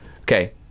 okay